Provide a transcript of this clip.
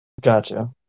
Gotcha